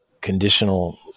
conditional